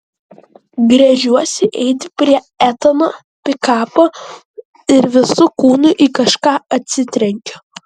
gręžiuosi eiti prie etano pikapo ir visu kūnu į kažką atsitrenkiu